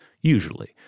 usually